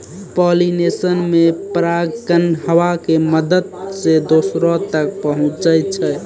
pollination मे परागकण हवा के मदत से दोसरो तक पहुचै छै